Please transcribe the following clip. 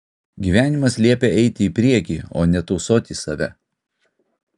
gyvenimas liepia eiti į priekį o ne tausoti save